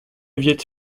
viêt